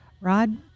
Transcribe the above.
Rod